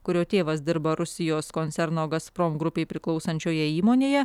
kurio tėvas dirba rusijos koncerno gazprom grupei priklausančioje įmonėje